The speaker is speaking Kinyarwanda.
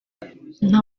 nta